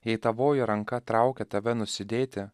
jei tavoji ranka traukia tave nusidėti